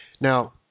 Now